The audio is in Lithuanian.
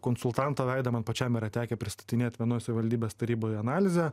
konsultanto veidą man pačiam yra tekę pristatinėt vienoj savivaldybės taryboje analizę